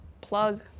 plug